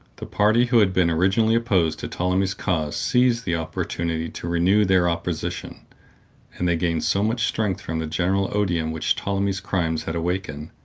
the party who had been originally opposed to ptolemy's cause seized the opportunity to renew their opposition and they gained so much strength from the general odium which ptolemy's crimes had awakened,